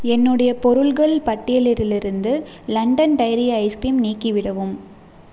என்னுடைய பொருட்கள் பட்டியலிலிருந்து லண்டன் டெய்ரி ஐஸ் கிரீம் நீக்கி விடவும்